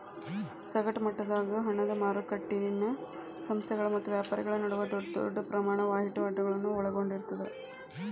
ಸಗಟ ಮಟ್ಟದಾಗ ಹಣದ ಮಾರಕಟ್ಟಿ ಸಂಸ್ಥೆಗಳ ಮತ್ತ ವ್ಯಾಪಾರಿಗಳ ನಡುವ ದೊಡ್ಡ ಪ್ರಮಾಣದ ವಹಿವಾಟುಗಳನ್ನ ಒಳಗೊಂಡಿರ್ತದ